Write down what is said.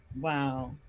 Wow